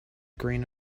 grain